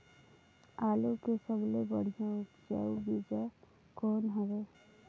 आलू के सबले बढ़िया उपजाऊ बीजा कौन हवय?